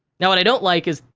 now, what i don't like is,